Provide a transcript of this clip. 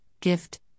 GIFT